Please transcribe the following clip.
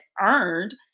earned